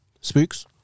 Spooks